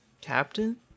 Captain